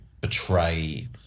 betray